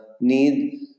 need